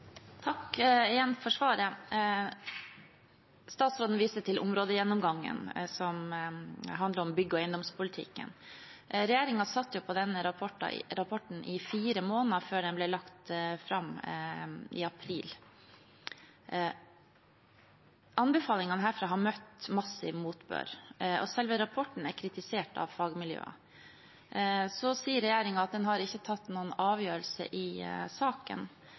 igjen for svaret. Statsråden viste til områdegjennomgangen som handler om bygg- og eiendomspolitikken. Regjeringen satt jo på den rapporten i fire måneder før den ble lagt fram i april. Anbefalingene herfra har møtt massiv motbør, og selve rapporten er kritisert av fagmiljøer. Så sier regjeringen at den har ikke tatt noen avgjørelse i saken.